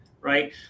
right